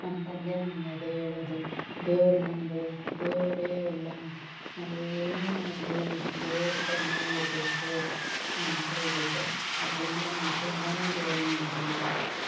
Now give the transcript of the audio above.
ನಮ್ಮ ತಂದೆ ನಮ್ಗೆ ಅದೇ ಹೇಳೋದು ದೇವ್ರ ನಂಬು ದೇವರೇ ಎಲ್ಲ ನಾವು ಏನೇ ಮಾಡಲಿ ದೇವ್ರ ಕರುಣೆ ಇರಬೇಕು ಅಂತ ಹೇಳ್ಬಿಟ್ಟು ಅದರಿಂದ ನಾನು ತುಂಬಾನೇ ದೇವ್ರ ನಂಬ್ತೀನಿ